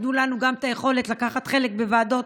וייתנו לנו את היכולת לקחת חלק בוועדות